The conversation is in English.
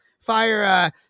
fire